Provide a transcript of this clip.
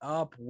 up